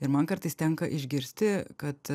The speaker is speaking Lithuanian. ir man kartais tenka išgirsti kad